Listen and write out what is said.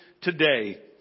today